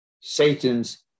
Satan's